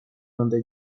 donde